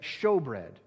showbread